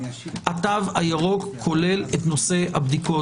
התו הירוק כולל את נושא הבדיקות.